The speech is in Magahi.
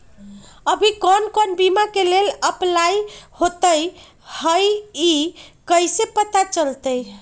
अभी कौन कौन बीमा के लेल अपलाइ होईत हई ई कईसे पता चलतई?